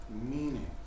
meaning